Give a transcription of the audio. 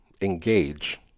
engage